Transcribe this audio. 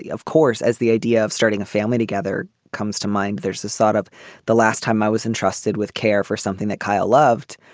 of course, as the idea of starting a family together comes to mind, there's a sort of the last time i was entrusted with care for something that kyle loved.